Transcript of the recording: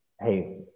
hey